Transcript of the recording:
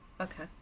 Okay